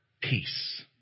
peace